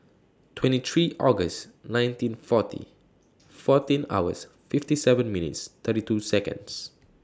twenty three August nineteen forty fourteen hours fifty seven minutes thirty two Seconds